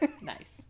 Nice